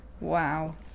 Wow